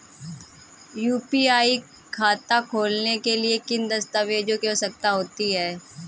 UPI खाता खोलने के लिए किन दस्तावेज़ों की आवश्यकता होती है?